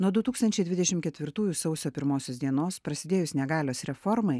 nuo du tūkstančiai dvidešim ketvirtųjų sausio pirmosios dienos prasidėjus negalios reformai